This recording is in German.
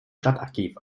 stadtarchiv